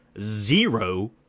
zero